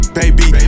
baby